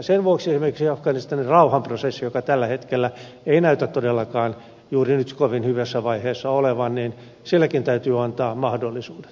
sen vuoksi esimerkiksi afganistanin rauhanprosessillekin joka tällä hetkellä ei näytä todellakaan juuri nyt kovin hyvässä vaiheessa olevan täytyy antaa mahdollisuudet